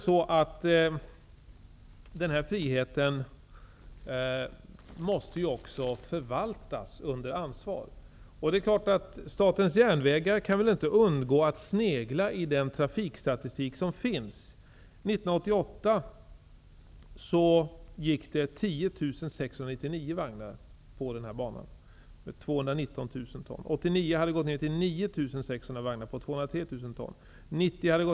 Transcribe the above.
Men friheten måste också förvaltas under ansvar. Statens järnvägar kan väl inte undgå att snegla i den trafikstatistik som finns. År 1988 gick 10 699 vagnar på den här banan, motsvarande 219 000 ton.